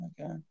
Okay